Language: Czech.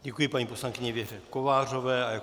Děkuji paní poslankyni Věře Kovářové.